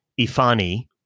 Ifani